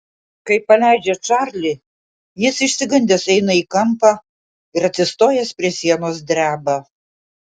kai paleidžia čarlį jis išsigandęs eina į kampą ir atsistojęs prie sienos dreba